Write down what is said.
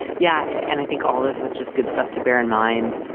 yeah. and i think all this is just good stuff to bear in mind.